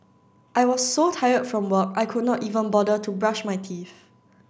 I was so tired from work I could not even bother to brush my teeth